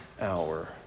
hour